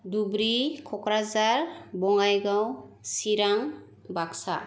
Dhubri Kokrajhar Bongaigaon Chirang Baksa